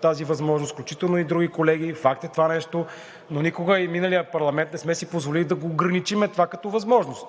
тази възможност, включително и други колеги – факт е това нещо, но никога и в миналия парламент не сме си позволили да го ограничим това като възможност.